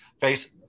face